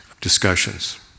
discussions